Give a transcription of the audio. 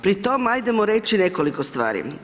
Pri tom ajdemo reći nekoliko stvari.